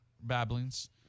babblings